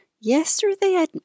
Yesterday